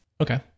Okay